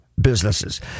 businesses